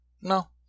no